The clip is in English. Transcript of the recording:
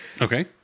Okay